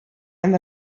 ein